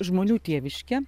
žmonių tėviške